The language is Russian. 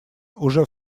уже